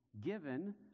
given